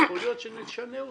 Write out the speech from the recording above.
יכול להיות שנשנה אותן,